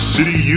City